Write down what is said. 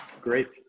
Great